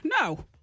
No